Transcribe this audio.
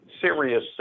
serious